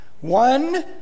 One